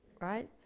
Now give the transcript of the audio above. Right